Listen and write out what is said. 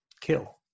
kill